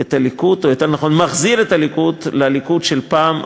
את הליכוד או יותר נכון מחזיר את הליכוד לליכוד של פעם,